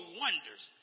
wonders